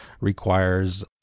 requires